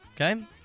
Okay